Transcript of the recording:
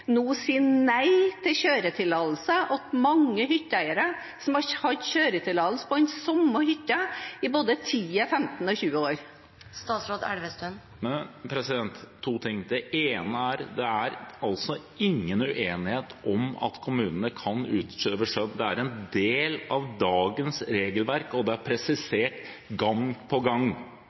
nå sier nei til kjøretillatelse til mange hytteeiere som har hatt kjøretillatelse til den samme hytta i både 10, 15 og 20 år. To ting: Det ene er at det er ingen uenighet om at kommunene kan utøve skjønn. Det er en del av dagens regelverk, og det er presisert gang på gang.